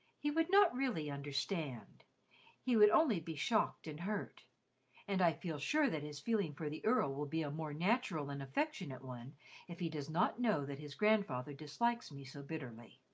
he would not really understand he would only be shocked and hurt and i feel sure that his feeling for the earl will be a more natural and affectionate one if he does not know that his grandfather dislikes me so bitterly.